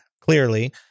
clearly